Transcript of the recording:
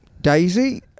Daisy